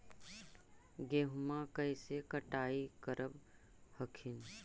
गेहुमा कैसे कटाई करब हखिन?